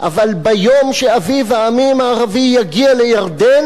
אבל ביום שאביב העמים הערבי יגיע לירדן,